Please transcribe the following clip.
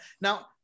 Now